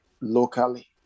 locally